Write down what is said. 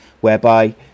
whereby